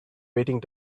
waiting